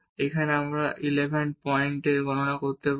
এবং আমরা এটি 1 1 পয়েন্টে গণনা করতে পারি